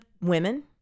women